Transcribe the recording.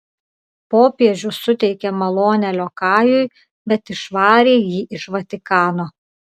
popiežius suteikė malonę liokajui bet išvarė jį iš vatikano